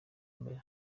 mbere